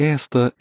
Esta